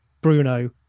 Bruno